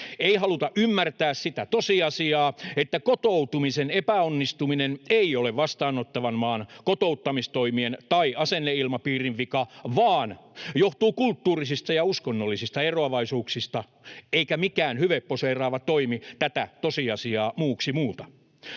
Ei haluta ymmärtää sitä tosiasiaa, että kotoutumisen epäonnistuminen ei ole vastaanottavan maan kotouttamistoimien tai asenneilmapiirin vika vaan johtuu kulttuurisista ja uskonnollisista eroavaisuuksista, eikä mikään hyveposeeraava toimi tätä tosiasiaa muuksi muuta.